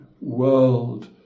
world